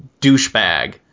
douchebag